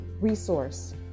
resource